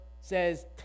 says